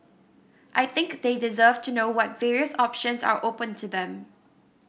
I think they deserve to know what various options are open to them